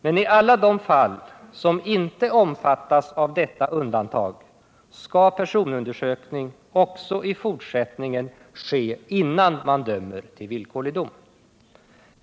Men i alla de fall som inte omfattas av dessa undantag skall personundersökning också i fortsättningen ske innan man dömer till villkorlig dom.